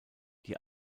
die